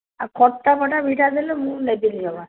ଆଉ ଖଟା ଫଟା ମିଠା ଦେଲେ ମୁଁ ନେବିନି ଜମା